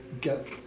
get